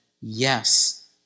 yes